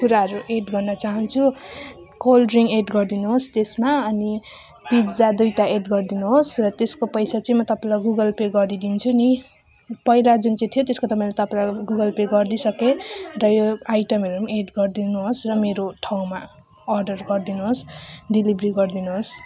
कुराहरू एड गर्न चाहन्छु कोल्ड ड्रिङ्क एड गरिदिनु होस् त्यसमा अनि पिज्जा दुईवटा एड गरिदिनु होस् र त्यसको पैसा चाहिँ म तपाईँलाई गुगल पे गरिदिन्छु नि पहिला जुन चाहिँ थियो त्यसको त मैले तपाईँलाई गुगल पे गरिदिई सकेँ र यो आइटमहरू पनि एड गरिदिनु होस् र मेरो ठाउँमा अर्डर गरिदिनु होस् डेलिभरी गरिदिनु होस्